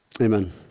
Amen